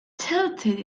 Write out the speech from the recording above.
tilted